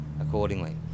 accordingly